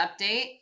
update